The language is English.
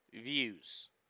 views